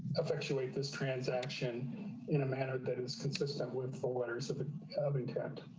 effectuate this transaction in a manner that is consistent with four letters of ah kind of intent.